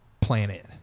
planet